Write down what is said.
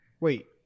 wait